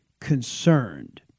concerned